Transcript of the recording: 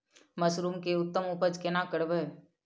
Mushroom के उत्तम उपज केना करबै?